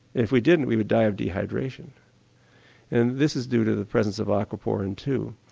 if we didn't we would die of dehydration and this is due to the presence of aquaporin two.